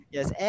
Yes